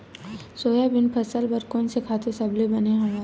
Soybean फसल बर कोन से खातु सबले बने हवय?